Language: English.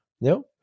No